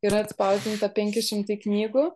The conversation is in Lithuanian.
yra atspausdinta penki šimtai knygų